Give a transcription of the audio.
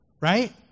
Right